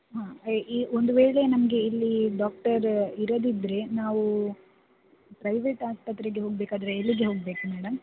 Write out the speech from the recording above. ಹಾಂ ಈ ಒಂದು ವೇಳೆ ನಮಗೆ ಇಲ್ಲಿ ಡಾಕ್ಟರ್ ಇರದಿದ್ದರೆ ನಾವು ಪ್ರೈವೇಟ್ ಆಸ್ಪತ್ರೆಗೆ ಹೋಗಬೇಕಾದರೆ ಎಲ್ಲಿಗೆ ಹೋಗಬೇಕು ಮೇಡಮ್